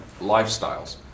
lifestyles